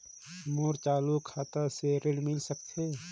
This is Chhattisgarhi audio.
मोर चालू खाता से ऋण मिल सकथे?